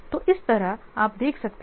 तो इस तरह आप देख सकते हैं